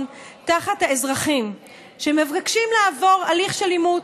תחת האזרחים שמבקשים לעבור הליך של אימוץ,